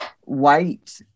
white